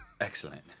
Excellent